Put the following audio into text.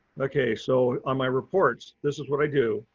okay. so on my reports. this is what i do.